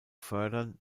fördern